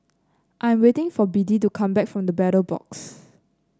I'm waiting for Biddie to come back from The Battle Box